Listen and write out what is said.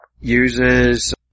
uses